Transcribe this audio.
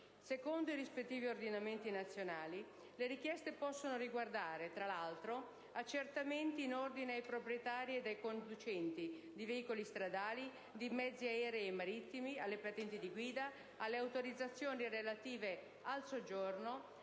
Secondo i rispettivi ordinamenti nazionali, le richieste possono riguardare, tra l'altro, accertamenti in ordine ai proprietari e ai conducenti di veicoli stradali, di mezzi aerei e marittimi, alle patenti di guida, alle autorizzazioni relative al soggiorno,